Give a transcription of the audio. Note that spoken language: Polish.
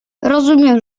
rozumiem